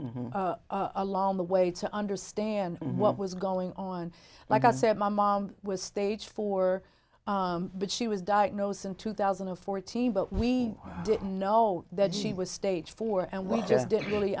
along the way to understand what was going on like i said my mom was stage four but she was diagnosed in two thousand and fourteen but we didn't know that she was stage four and we just didn't really